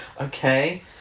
Okay